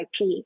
IP